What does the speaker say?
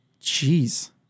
Jeez